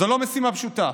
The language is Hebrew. זו לא משימה פשוטה,